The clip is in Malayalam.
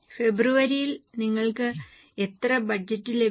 ഫെബ്രുവരിയിൽ നിങ്ങൾക്ക് എത്ര ബജറ്റ് ലഭിക്കും